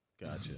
Gotcha